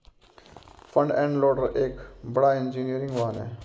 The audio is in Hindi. फ्रंट एंड लोडर एक बड़ा इंजीनियरिंग वाहन है